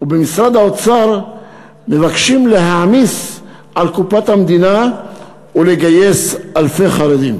ובמשרד האוצר מבקשים להעמיס על קופת המדינה ולגייס אלפי חרדים.